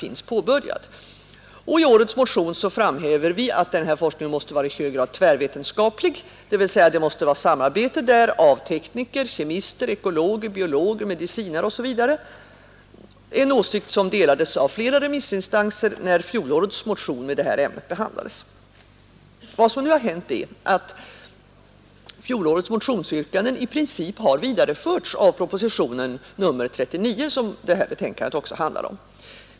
I årets motion framhäver vi att denna forskning måste vara i hög grad tvärvetenskaplig, dvs. där måste idkas samarbete av tekniker, kemister, ekologer, biologer, medicinare m.fl.; en åsikt som delades av flera remissinstanser när fjolårets motion i detta ämne behandlades. Vad som nu har hänt är att fjolårets motionsyrkanden i princip vidareförts av propositionen 39, som betänkandet också handlar om.